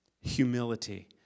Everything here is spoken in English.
Humility